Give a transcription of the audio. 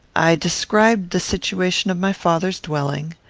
i described the situation of my father's dwelling.